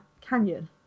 Canyon